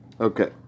Okay